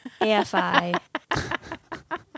AFI